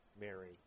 Mary